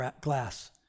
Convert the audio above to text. glass